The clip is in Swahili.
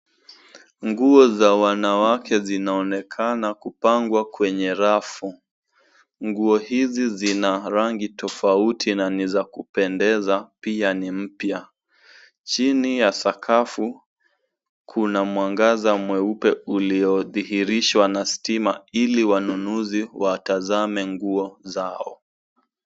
Nguo za wanawake zinaonekana kupangwa kwenye rafu. Nguo hizi zina rangi tofauti na ni za kupendeza, pia ni mpya. Chini ya sakafu kuna mwangaza mweupe uliodhihirishwa na stima ili wanunuzi watazame nguo zao.